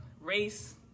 race